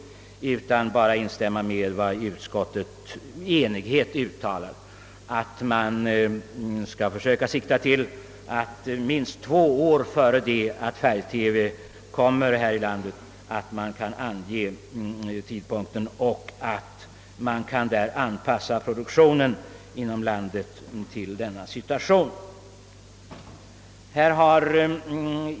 Jag vill bara understryka vad utskottet i enighet har uttalat, nämligen att man skall försöka att minst två år i förväg ange tidpunkten för färgtelevisionens start och försöka anpassa produktionen inom landet till den nya situation som då uppstår.